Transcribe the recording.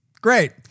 great